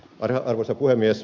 arvoisa puhemies